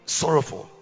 sorrowful